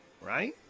right